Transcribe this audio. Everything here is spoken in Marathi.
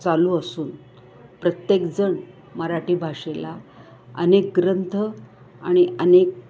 चालू असून प्रत्येकजण मराठी भाषेला अनेक ग्रंथ आणि अनेक